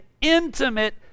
intimate